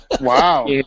Wow